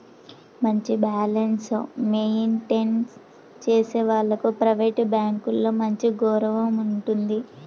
మంచి balance maintain చేసే వాళ్లకు ప్రైవేట్ బ్యాంకులలో మంచి గౌరవం ఉంటుంది